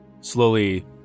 slowly